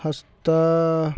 हस्त